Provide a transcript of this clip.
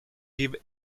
give